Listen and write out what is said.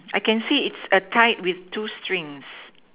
I can see it is a tight with two string